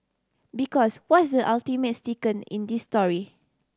because what's the ultimate in this story